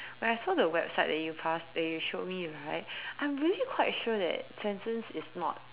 when I saw the website that you pass where you showed me right I'm really quite sure that Swensen's is not